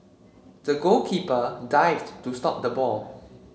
the goalkeeper dived to stop the ball